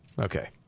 okay